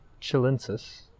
chilensis